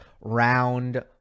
round